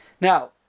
Now